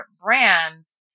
brands